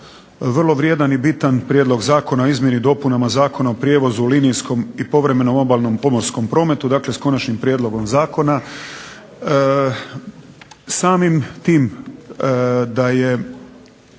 vrlo vrijedan i bitan prijedlog zakona o izmjeni i dopunama Zakona o prijevozu linijskom i povremenom obalnom pomorskom prometu, dakle s konačnim prijedlogom zakona. Samim tim da je